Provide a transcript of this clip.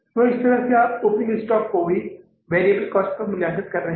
तो इसी तरह आप ओपनिंग स्टॉक को भी वैरिएबल कॉस्ट पर मूल्यांकित कर रहे हैं